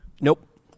Nope